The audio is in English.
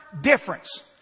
difference